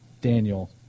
Daniel